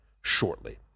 shortly